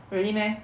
really meh